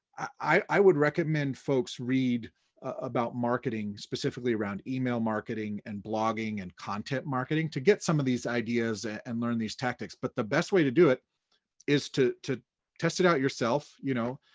i would recommend folks read about marketing, specifically around email marketing and blogging and content marketing to get some of these ideas and learn these tactics. but the best way to do it is to to test it out yourself. you know